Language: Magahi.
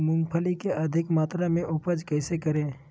मूंगफली के अधिक मात्रा मे उपज कैसे करें?